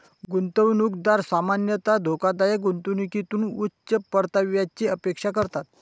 गुंतवणूकदार सामान्यतः धोकादायक गुंतवणुकीतून उच्च परताव्याची अपेक्षा करतात